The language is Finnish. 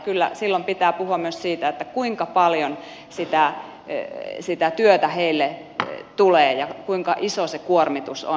kyllä silloin pitää puhua myös siitä kuinka paljon sitä työtä heille tulee ja kuinka iso se kuormitus on